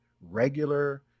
regular